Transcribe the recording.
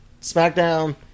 SmackDown